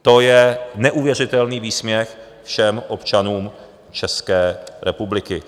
To je neuvěřitelný výsměch všem občanům České republiky.